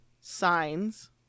signs